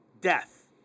death